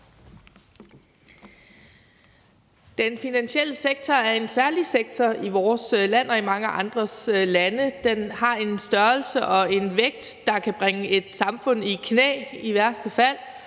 Den finansielle sektor er en særlig sektor i vores land og i mange andre lande. Den har en størrelse og en vægt, der i værste fald kan bringe et samfund i knæ, som vi